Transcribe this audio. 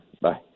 Bye